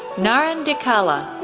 naren dikkala,